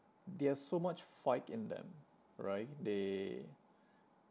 they have so much fight in them right they